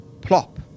plop